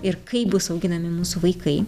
ir kaip bus auginami mūsų vaikai